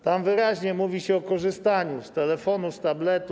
Tam wyraźnie mówi się o korzystaniu z telefonu, z tabletu.